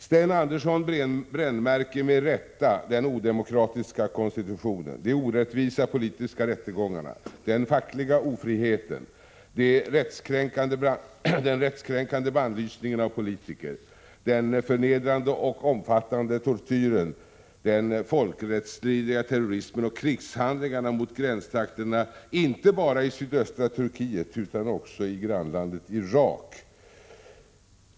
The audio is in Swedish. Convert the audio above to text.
Sten Andersson brännmärker med rätta den odemokratiska konstitutionen, de orättvisa politiska rättegångarna, den fackliga ofriheten, den rättskränkande bannlysningen av politiker, den förnedrande och omfattande tortyren, den folkrättsstridiga terrorismen och krigshandlingarna inte bara mot gränstrakterna i sydöstra Turkiet utan också mot grannlandet Irak.